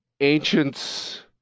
ancients